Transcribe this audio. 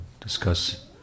discuss